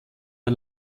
der